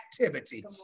activity